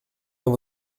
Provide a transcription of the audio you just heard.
dans